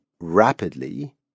rapidly